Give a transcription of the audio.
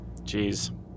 Jeez